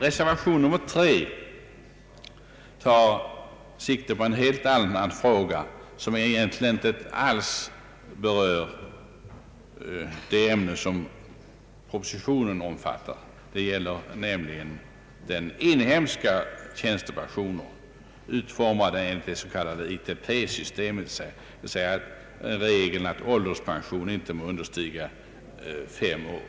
Reservation 3 tar sikte på en helt annan fråga, som egentligen inte alls berör det ämne som propositionen omfattar. Det gäller nämligen den inhemska tjänstepensionen, utformad enligt det s.k. ITP-systemet. Regeln är att tiden för utbetalningar av ålderspensionen inte må understiga fem år.